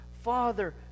Father